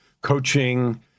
coaching